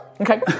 Okay